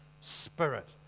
Spirit